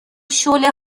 شعله